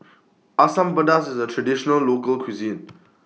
Asam Pedas IS A Traditional Local Cuisine